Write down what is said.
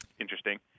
interesting